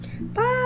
Bye